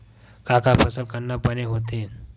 का का फसल करना बने होथे?